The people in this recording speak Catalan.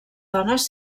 dones